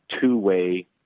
two-way